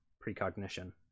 precognition